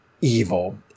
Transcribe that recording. evil